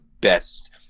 best